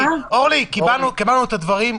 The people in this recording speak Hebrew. אורלי, קיבלנו את הדברים.